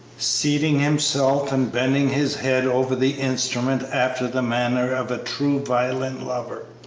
seating himself and bending his head over the instrument after the manner of a true violin lover,